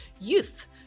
youth